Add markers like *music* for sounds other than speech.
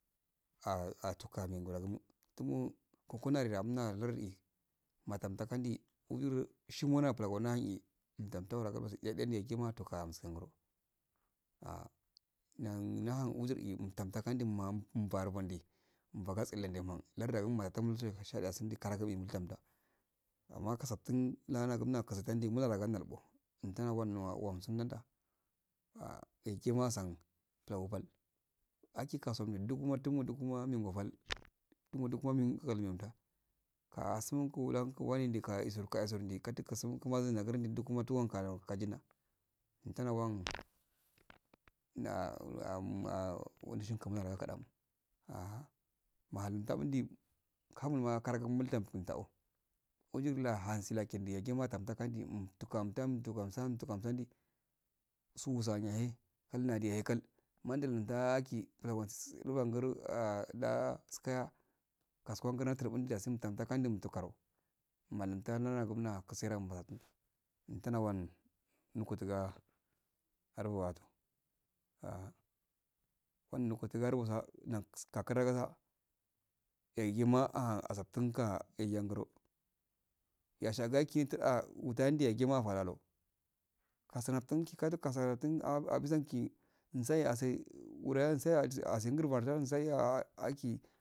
*hesitation* ato kani ngro inngun kun garra unla lardu iyi matsan kadangi uzir do shiniwingo na plan ngo ya eh umtam to woragi busu yagima ato ka amso ngro ah nah nahum uzir iyi natumnatumgi katnga natungoi ma uma frogo nde eh fago tse rego nde eh mdagatse eman lardu etan she gatse sun kada gu use chanda amma uysftun la gara nula landu ko untan go nowa ko kusun da a yagima asn lau pal aki keuu mera lufuungi dugun oh wa nde go pal ndiks wa ndi kol. Yren da asun wane lonɔ wane ndaka nde isu kesugu do katu katugun gusu ma negara kajinna intana wanndaah *unintelligible* wan shingi mula rogo kadagu aha mahund tandi kamil ma karagi umshe matsoh wujir la husi laka nde yagima mta kan kandi umtuka oh inkan sandi sumu sani ys eh hum nado ya eh kal mandu tachi gro so tsu ngon ah la tse kasugu yatsura bundi dasi kra ka bundi nuka tara untuk are waso a al netura guso nas tukura yagima ah asaftan ka ege angoro yɛsha gaki t ah mundi yagima afaralo kasaftungi gara ah abisan ki nsayo asu ware asu ngir asu fan gri ah lah aki